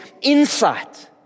insight